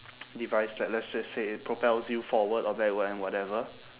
device that let's just say it propels you forward or backward and whatever